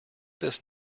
this